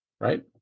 right